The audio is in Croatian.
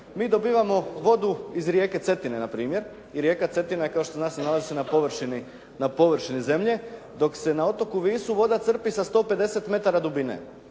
mi dobivamo vodu iz rijeke Cetine na primjer i rijeka Cetina je kao što se zna nalazi se na površini zemlje, dok se na otoku Visu voda crpi sa 150 metara dubine,